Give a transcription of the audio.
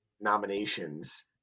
nominations